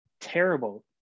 terrible